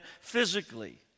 physically